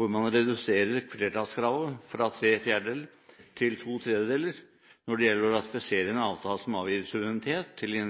hvor man reduserer flertallskravet fra tre fjerdedeler til to tredjedeler når det gjelder å ratifisere en avtale som avgir suverenitet til